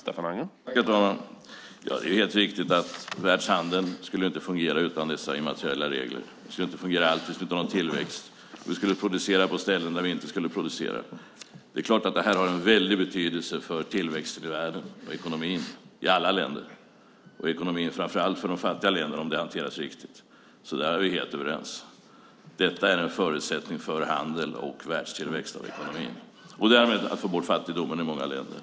Herr talman! Det är helt riktigt att världshandeln inte skulle fungera utan dessa immateriella regler. Det skulle inte fungera alls. Vi skulle inte ha någon tillväxt, och vi skulle producera på ställen där vi inte borde producera. Det har en väldig betydelse för tillväxten och ekonomin i världen, framför allt i de fattiga länderna om det hanteras riktigt. Där är vi helt överens. Detta är en förutsättning för handel och tillväxt i ekonomin och därmed för att få bort fattigdomen i många länder.